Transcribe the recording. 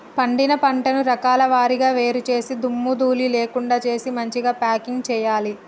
పండిన పంటను రకాల వారీగా వేరు చేసి దుమ్ము ధూళి లేకుండా చేసి మంచిగ ప్యాకింగ్ చేయాలి